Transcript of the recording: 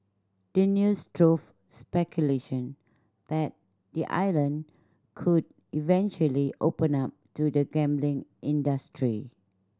the news drove speculation that the island could eventually open up to the gambling industry